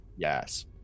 yes